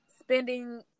spending